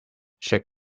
shake